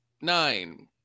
nine